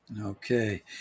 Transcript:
Okay